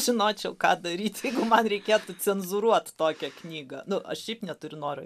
žinočiau ką daryt jeigu man reikėtų cenzūruot tokią knygą nu aš šiaip neturiu noro